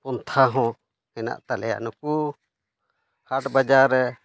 ᱯᱚᱱᱛᱷᱟ ᱦᱚᱸ ᱢᱮᱱᱟᱜ ᱛᱟᱞᱮᱭᱟ ᱱᱩᱠᱩ ᱦᱟᱴ ᱵᱟᱡᱟᱨ ᱨᱮ